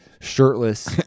shirtless